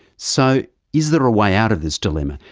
so is there a way out of this dilemma?